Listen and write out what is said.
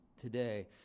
today